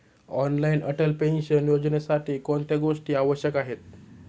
Online Atal pension योजनेसाठी कोणत्या गोष्टी आवश्यक आहेत?